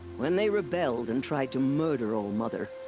when they rebelled, and tried to murder all-mother.